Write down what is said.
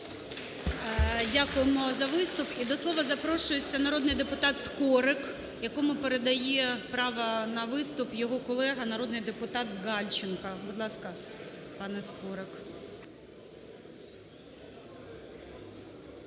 Дякуємо за виступ і до слова запрошується народний депутат Скорик, якому передає право на виступ його колега народний депутат Гальченко. Будь ласка, пане Скорик.